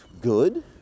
good